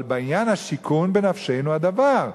אבל בעניין השיכון, בנפשנו הדבר.